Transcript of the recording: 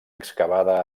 excavada